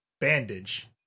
bandage